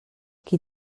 qui